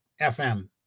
FM